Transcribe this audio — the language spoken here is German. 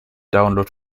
download